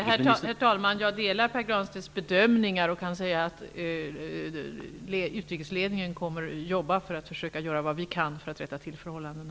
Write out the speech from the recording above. Herr talman! Jag delar Pär Granstedts bedömningar. I utrikesledningen kommer vi att jobba för att göra vad vi kan för att rätta till förhållandena.